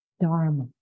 dharma